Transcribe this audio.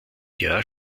jahr